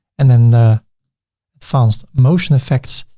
and then the advanced motion effects.